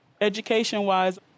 education-wise